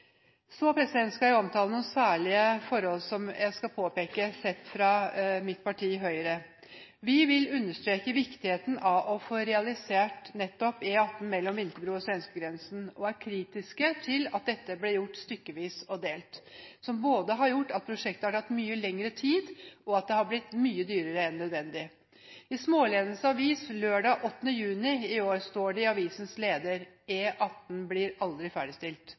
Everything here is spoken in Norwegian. Så skal jeg omtale og påpeke noen særlige forhold, sett fra mitt parti Høyre. Vi vil understreke viktigheten av å få realisert nettopp E18 mellom Vinterbro og svenskegrensen og er kritiske til at dette ble gjort stykkevis og delt. Det har gjort at prosjektet både har tatt mye lengre tid og blitt mye dyrere enn nødvendig. I Smaalenenes avis lørdag 8. juni i år står det i avisens leder: «E18 blir aldri ferdigstilt.»